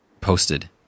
posted